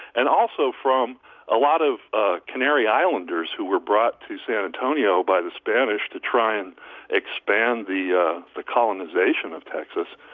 and also from a lot of ah canary islanders who were brought to san antonio by the spanish to try to and expand the yeah the colonization of texas.